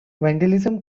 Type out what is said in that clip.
vandalism